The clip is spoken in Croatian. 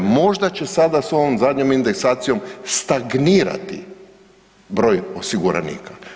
Možda će sada sa ovom zadnjom indeksacijom stagnirati broj osiguranika.